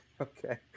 Okay